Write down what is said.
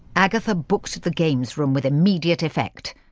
agatha booked the games room with immediate effect.